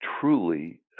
truly